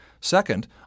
Second